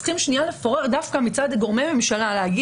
צריכים לפורר דווקא מצד גורמי ממשלה ולומר